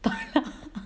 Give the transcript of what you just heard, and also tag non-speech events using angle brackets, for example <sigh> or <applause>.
<laughs>